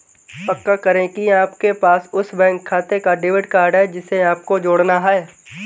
पक्का करें की आपके पास उस बैंक खाते का डेबिट कार्ड है जिसे आपको जोड़ना है